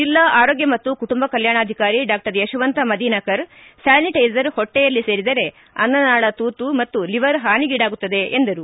ಜೆಲ್ಲಾ ಆರೋಗ್ಯ ಮತ್ತು ಕುಟುಂಬ ಕಲ್ಯಾಣಾಧಿಕಾರಿ ಡಾ ಯಶವಂತ ಮದೀನಕರ ಸ್ಥಾನಿಟ್ಟೆಸರ್ ಹೊಟ್ಟೆಯಲ್ಲಿ ಸೇರಿದರೆ ಅನ್ನನಾಳ ತೂತು ಮತ್ತು ಲೀವರ್ ಹಾನಿಗೀಡಾಗುತ್ತದೆ ಎಂದರು